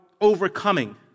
overcoming